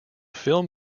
film